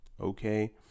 okay